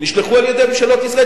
נשלחו על-ידי ממשלות ישראל.